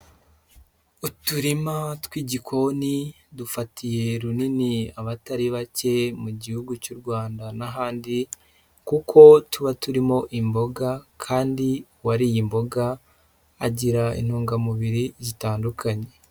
Uturima tw'igikoni dufatiye runini abatari bake mu gihugu cy'u Rwanda n'ahandi, kuko tuba turimo imboga kandi uwariye imboga agira intungamubiri zitandukanye.